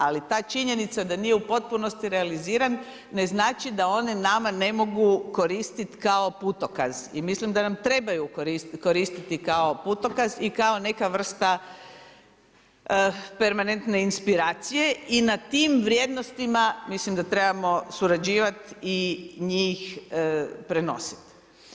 Ali, ta činjenica da nije u potpunosti realiziran, ne znači, da one nama ne mogu koristiti kao putokaz, i mislim da nam trebaju koristiti kao putokaz i kao neka vrsta permanentne inspiracije i na tim vrijednostima, mislim da trebamo surađivati i njih prenositi.